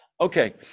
Okay